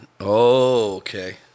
Okay